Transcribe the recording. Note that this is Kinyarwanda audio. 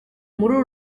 uru